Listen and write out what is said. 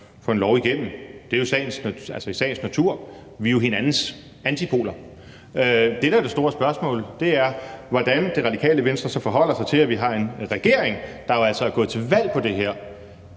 får en lov igennem. Sådan er det jo i sagens natur. Vi er jo hinandens antipoler. Det, der jo er det store spørgsmål, er, hvordan Det Radikale Venstre så forholder sig til, at vi har en regering, der altså er gået til valg på det her.